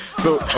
so